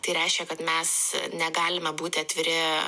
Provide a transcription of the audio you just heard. tai reiškia kad mes negalime būti atviri